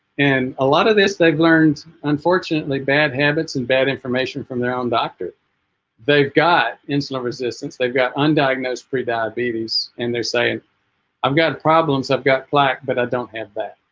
and a lot of this they've learned unfortunately bad habits and bad information from their own doctor they've got insulin resistance they've got undiagnosed prediabetes and they're saying i've gotten problems i've got plaque but i don't have that